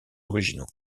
originaux